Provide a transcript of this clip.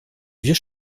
vieux